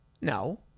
No